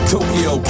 Tokyo